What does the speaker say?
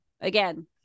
again